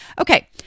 Okay